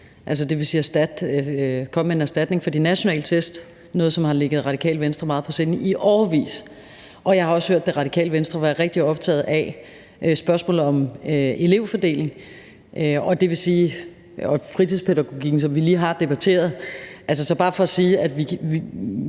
det vil sige at komme med en erstatning for de nationale test, noget, som har ligget Det Radikale Venstre meget på sinde i årevis, og jeg har også hørt Det Radikale Venstre være rigtig optaget af spørgsmålet om elevfordelingen og fritidspædagogikken, som vi lige har debatteret. Det er bare for at sige, at jeg